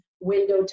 window